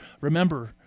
remember